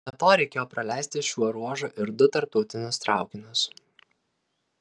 be to reikėjo praleisti šiuo ruožu ir du tarptautinius traukinius